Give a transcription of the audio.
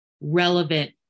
relevant